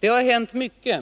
Det har hänt mycket